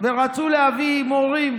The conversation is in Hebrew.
ורצו להביא מורים.